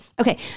Okay